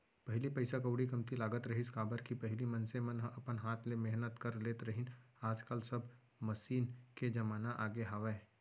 पहिली पइसा कउड़ी कमती लगत रहिस, काबर कि पहिली मनसे मन ह अपन हाथे ले मेहनत कर लेत रहिन आज काल सब मसीन के जमाना आगे हावय